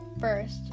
first